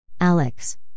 alex